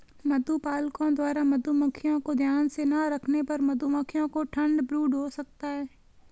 मधुपालकों द्वारा मधुमक्खियों को ध्यान से ना रखने पर मधुमक्खियों को ठंड ब्रूड हो सकता है